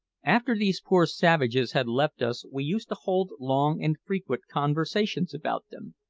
after these poor savages had left us we used to hold long and frequent conversations about them,